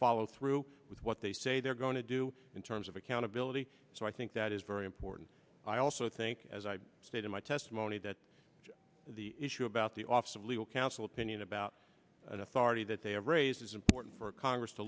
follow through with what they say they're going to do in terms of accountability so i think that is very important i also think as i stated my testimony that the issue about the office of legal counsel opinion about that authority that they have raised is important for congress to